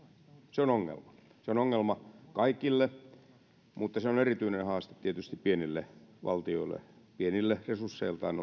se on ongelma se on ongelma kaikille mutta se on erityinen haaste tietysti pienille valtioille resursseiltaan